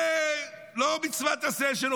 זה לא מצוות עשה שלו,